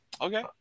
Okay